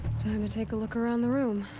time to take a look around the room.